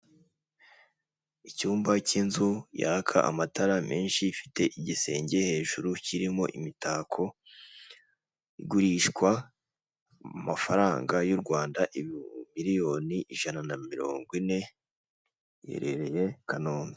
Icyumba cy'inzu yaka amatara menshi ifite igisenge hejuru kirimo imitako igurishwa amafaranga y'urwanda ibihu miriyoni ijana na mirongo ine, iherereye i kanombe.